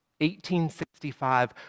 1865